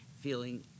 feeling